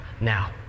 now